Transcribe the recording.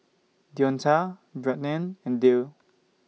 Deonta Brianne and Dale